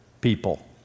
people